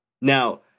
now